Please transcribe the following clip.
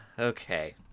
okay